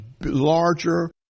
larger